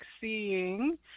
seeing